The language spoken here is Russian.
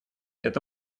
это